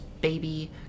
baby